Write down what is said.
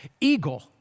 eagle